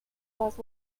last